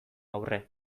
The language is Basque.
aurre